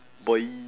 boy